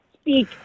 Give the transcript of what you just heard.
speak